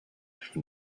from